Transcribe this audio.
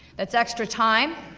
that's extra time,